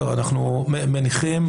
אנחנו מניחים